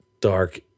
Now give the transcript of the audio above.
dark